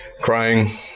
crying